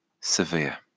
severe